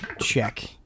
check